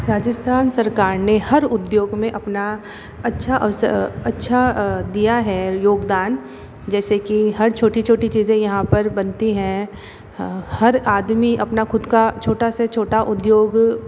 राजस्थान सरकार ने हर उद्योग में अपना अच्छा अच्छा दिया है योगदान जैसे कि हर छोटी छोटी चीज़ें यहांँ पर बनती हैं हर आदमी अपना ख़ुद का छोटा से छोटा उद्योग